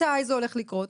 מתי זה הולך לקרות,